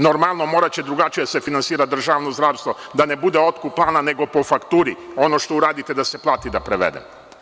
Normalno, moraće drugačije da se finansira državno zdravstvo, da ne bude otkupa plana, nego po fakturi ono što uradite da se plati da prevede.